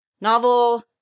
novel